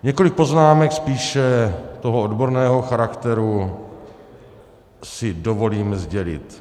Několik poznámek spíše toho odborného charakteru si dovolím sdělit.